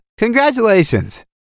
Congratulations